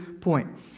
point